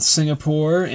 Singapore